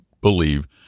believe